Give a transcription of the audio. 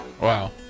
wow